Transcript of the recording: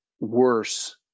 worse